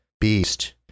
beast